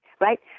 right